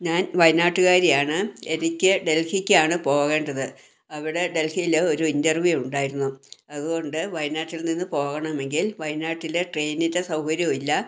ഞാൻ വയനാട്ടുക്കാരിയാണ് എനിക്ക് ഡൽഹിക്കാണ് പോകേണ്ടത് അവിടെ ഡൽഹില് ഒരു ഇന്റർവ്യൂ ഉണ്ടായിരുന്നു അതുകൊണ്ട് വയനാട്ടിൽ നിന്ന് പോകണമെങ്കിൽ വയനാട്ടില് ട്രെയിനിൻ്റെ സൗകര്യമില്ല